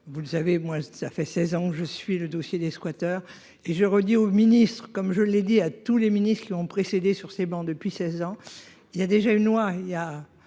vous le savez, moins ça fait 16 ans je suis le dossier des squatters et j'ai redit au Ministre comme je l'ai dit à tous les ministres, ils l'ont précédé sur ces bancs, depuis 16 ans. Il y a déjà une loi il y a